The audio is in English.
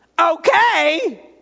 Okay